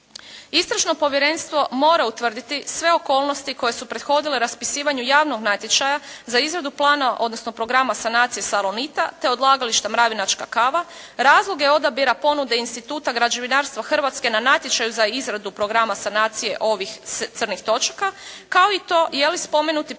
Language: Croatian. Istražno povjerenstvo mora utvrditi sve okolnosti koje su prethodile raspisivanju javnog natječaja za izradu plana, odnosno programa sanacije "Salonita" te odlagališta Mravinačka kava razlog je odabira ponude instituta građevinarstva Hrvatske na natječaju za izradu programa sanacije ovih crnih točaka kao i to je li spomenuti program